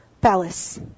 palace